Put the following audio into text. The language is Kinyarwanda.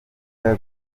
kaga